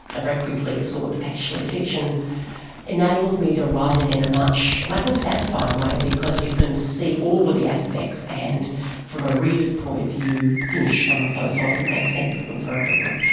very quickly thought actually fiction enables me to write it in a much much more satisfying way because you can see all of the aspects, and from a reader's point of view finish some of those off and make sense of them for everyone.